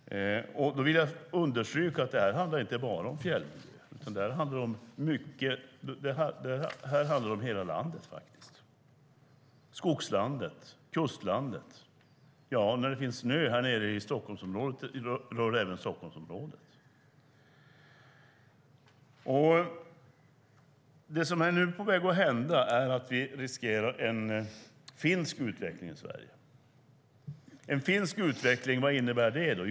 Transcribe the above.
Jag vill understryka att det inte bara handlar om fjällmiljö, utan det handlar om hela landet, skogslandet och kustlandet. När det finns snö här nere i Stockholmsområdet berörs även det. Det som nu är på väg att hända är att vi riskerar en finsk utveckling i Sverige. Vad innebär då en finsk utveckling?